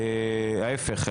ההיפך,